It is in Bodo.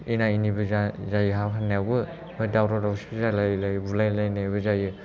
एना एनिबो जायो हा फाननायावबो ओमफ्राय दावराव दावसिबो जालायलायो बुलाय लायनायबो जायो